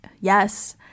Yes